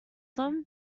them